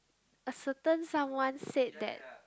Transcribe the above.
a certain someone said that